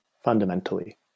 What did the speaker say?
fundamentally